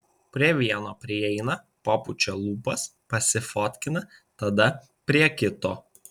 prie vieno prieina papučia lūpas pasifotkina tada prie kito